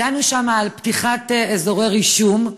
דנו שם על פתיחת אזורי רישום,